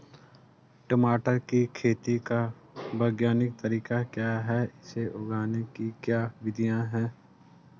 टमाटर की खेती का वैज्ञानिक तरीका क्या है इसे उगाने की क्या विधियाँ हैं?